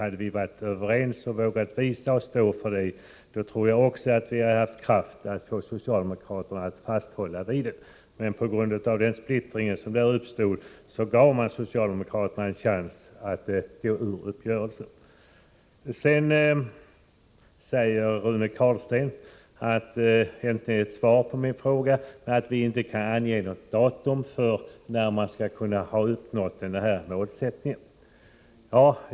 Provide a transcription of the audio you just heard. Hade vi varit överens och vågat visa och stå för det, tror jag att vi också hade haft kraft att få socialdemokraterna att stå fast vid överenskommelsen. På grund av den splittring som uppstod fick socialdemokraterna en chans att gå ut ur uppgörelsen. Rune Carlstein säger såsom ett svar på min fråga att man inte kan ange något datum för när man beräknar kunna uppnå målsättningen.